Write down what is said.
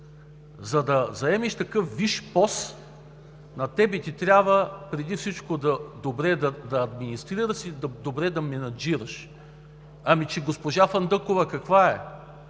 За да заемеш такъв висш пост, на теб ти трябва, преди всичко, добре да администрираш и добре да менажираш. Ами госпожа Фандъкова каква е?